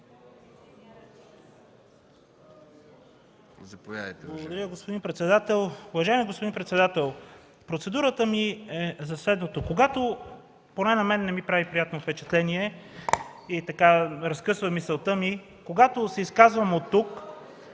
Благодаря, господин председател. Уважаеми господин председател, процедурата ми е следната – поне на мен не ми прави приятно впечатление и разкъсва мисълта ми, когато се изказваме от тук